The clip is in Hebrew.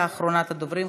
ואחרונת הדוברים,